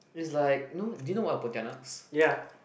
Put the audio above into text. is like no do you know about Pontianaks